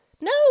no